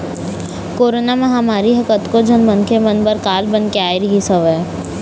corona महामारी ह कतको झन मनखे मन बर काल बन के आय रिहिस हवय